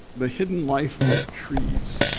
the hidden life of trees.